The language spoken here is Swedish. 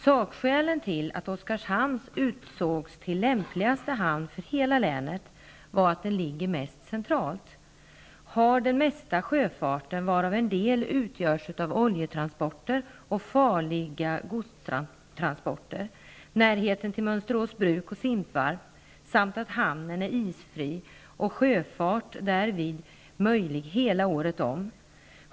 Sakskälen till att Oskarshamn utsågs till lämpligaste hamn för hela länet var att den ligger mest centralt, har den mesta sjöfarten, varav en del utgörs av oljetransporter och farliga godstransporter, närheten till Mönsterås bruk och Simpvarp, samt att hamnen är isfri och sjöfart därmed är möjlig hela året om.